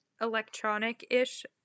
electronic-ish